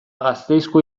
gasteizko